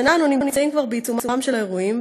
השנה אנו נמצאים כבר בעיצומם של האירועים,